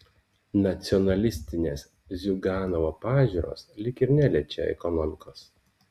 nacionalistinės ziuganovo pažiūros lyg ir neliečia ekonomikos